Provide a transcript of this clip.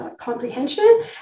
comprehension